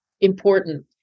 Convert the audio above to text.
important